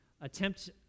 attempt